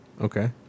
Okay